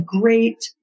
great